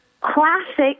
classic